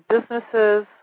businesses